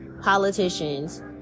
Politicians